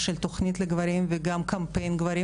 של תוכנית לגברים וגם קמפיין לגברים,